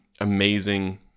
amazing